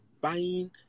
buying